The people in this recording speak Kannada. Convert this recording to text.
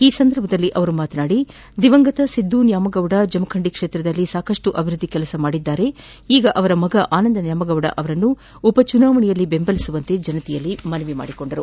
ಈ ಸಂದರ್ಭದಲ್ಲಿ ಮಾತನಾಡಿದ ಅವರು ದಿವಂಗತ ಸಿದ್ದು ನ್ಕಾಮಗೌಡ ಜಮಖಂಡಿ ಕ್ಷೇತ್ರದಲ್ಲಿ ಸಾಕಷ್ಟು ಅಭಿವೃದ್ಧಿ ಕೆಲಸ ಮಾಡಿದ್ದು ಅವರ ಮಗ ಆನಂದ್ ನ್ತಾಮಗೌಡ ಆವರನ್ನು ಉಪ ಚುನಾವಣೆಯಲ್ಲಿ ಬೆಂಬಲಿಸುವಂತೆ ಜನತೆಯಲ್ಲಿ ಮನವಿ ಮಾಡಿದರು